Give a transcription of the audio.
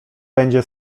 będzie